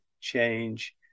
change